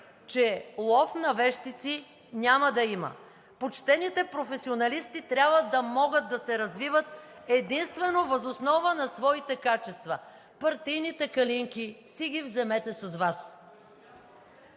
че лов на вещици няма да има. Почтените професионалисти трябва да могат да се развиват единствено въз основа на своите качества. Партийните калинки си ги вземете с Вас.